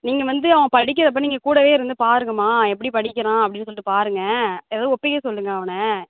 நீங்கள் வந்து அவன் படிக்கிறப்போ நீங்கள் கூடவே இருந்து பாருங்கள்ம்மா எப்படி படிக்கிறான் அப்படின்னு சொல்லிட்டு பாருங்கள் எதாவது ஒப்பிக்க சொல்லுங்கள் அவனை